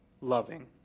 loving